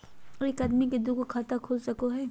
एक आदमी के दू गो खाता खुल सको है?